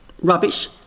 rubbish